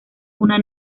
una